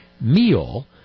meal